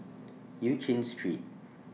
EU Chin Street